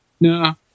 no